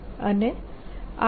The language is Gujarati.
અને આ 12LI2 ના બરાબર છે